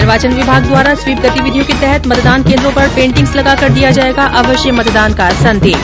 निर्वाचन विभाग द्वारा स्वीप गतिविधियों के तहत मतदान केन्द्रों पर पेन्टिंग्स लगाकर दिया जायेगा अवश्य मतदान का संदेश